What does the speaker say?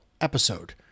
Episode